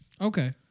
Okay